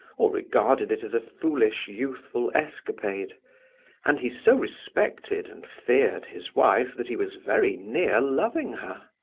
or regarded it as a foolish youthful escapade and he so respected and feared his wife that he was very near loving her.